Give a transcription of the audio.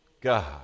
God